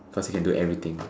cause he can do everything